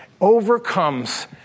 overcomes